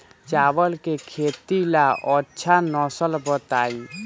चावल के खेती ला अच्छा नस्ल बताई?